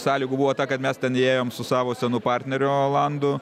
sąlygų buvo ta kad mes ten įėjom su savo senu partneriu olandu